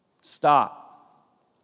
Stop